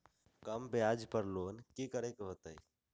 कम ब्याज पर लोन की करे के होतई?